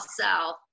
South